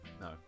no